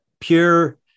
Pure